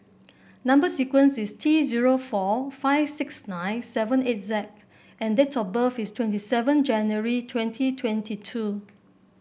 number sequence is T zero four five six nine seven eight Z and date of birth is twenty seven January twenty twenty two